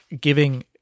giving